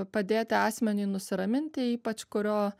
padėti asmeniui nusiraminti ypač kurio